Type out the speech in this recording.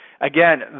Again